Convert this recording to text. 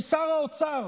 ששר האוצר